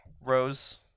Rose